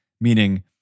meaning